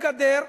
אדוני השר,